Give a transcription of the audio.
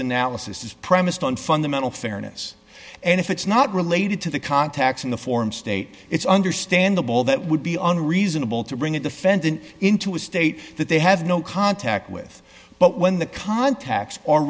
analysis is premised on fundamental fairness and if it's not related to the contacts in the form state it's understandable that would be an reasonable to bring in the fenton into a state that they have no contact with but when the contacts are